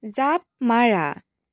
জাঁপ মাৰা